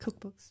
cookbooks